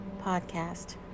podcast